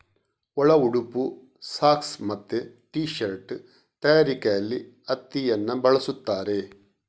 ಒಳ ಉಡುಪು, ಸಾಕ್ಸ್ ಮತ್ತೆ ಟೀ ಶರ್ಟ್ ತಯಾರಿಕೆಯಲ್ಲಿ ಹತ್ತಿಯನ್ನ ಬಳಸ್ತಾರೆ